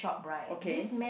okay